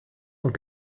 und